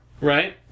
Right